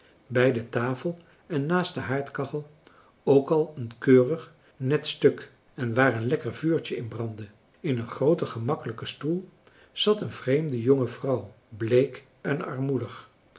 bij de tafel en naast de haardkachel ook al een keurig net stuk en waar een lekker vuurtje in brandde in een grooten gemakkelijken stoel zat een vreemde jonge vrouw bleek en armoedig